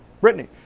Brittany